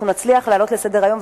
אנחנו נצליח להעלות לסדר-היום,